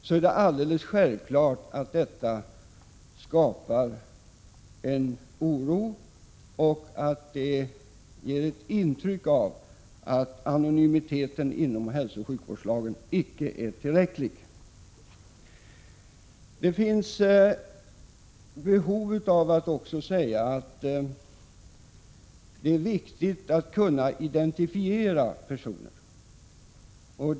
Självfallet skapar detta en oro, eftersom det ger ett intryck av att anonymiteten inom hälsooch sjukvårdslagen icke är tillräcklig. Det finns behov av att också säga att det är viktigt att kunna identifiera de personer det gäller.